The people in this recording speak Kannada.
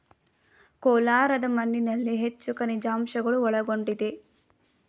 ಕೋಲಾರದ ಮಣ್ಣಿನಲ್ಲಿ ಹೆಚ್ಚು ಖನಿಜಾಂಶಗಳು ಒಳಗೊಂಡಿದೆ